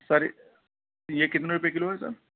سر یہ کتنے روپئے کلو ہے سر